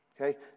Okay